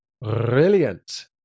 brilliant